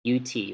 ut